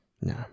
No